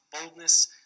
boldness